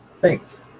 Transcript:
Thanks